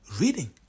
reading